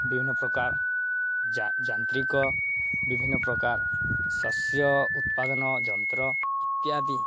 ବିଭିନ୍ନ ପ୍ରକାର ଯାନ୍ତ୍ରିକ ବିଭିନ୍ନ ପ୍ରକାର ଶସ୍ୟ ଉତ୍ପାଦନ ଯନ୍ତ୍ର ଇତ୍ୟାଦି